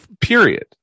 period